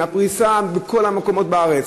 הפריסה בכל המקומות בארץ.